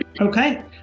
Okay